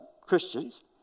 Christians